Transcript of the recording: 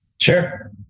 Sure